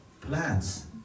Plants